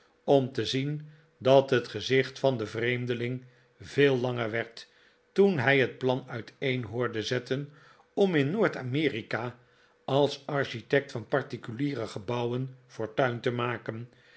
om te zien dat het gezicht van den vreemdeling veel langer werd toen hij het plan uiteen hoorde zetten om in noordamerika als architect van particuliere gebouwen fortuin te maken